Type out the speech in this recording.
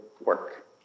work